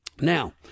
Now